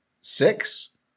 six